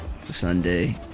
Sunday